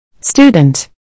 Student